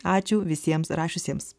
ačiū visiems rašiusiems